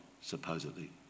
supposedly